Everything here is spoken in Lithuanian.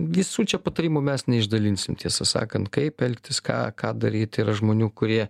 visų čia patarimų mes neišdalinsim tiesą sakant kaip elgtis ką ką daryt yra žmonių kurie